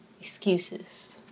Excuses